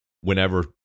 whenever